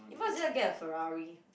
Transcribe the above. you might as well get a Ferrari